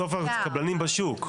בסוף הקבלנים בשוק.